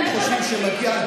הם חושבים.